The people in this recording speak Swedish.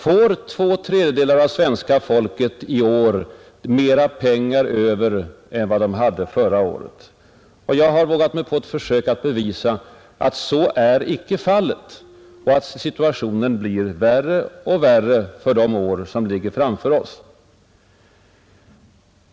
Får två tredjedelar av svenska folket i år mera pengar över än förra året? Och jag har själv vågat mig på att försöka bevisa att så inte blir fallet och att situationen blir värre de år som vi sedan har framför oss.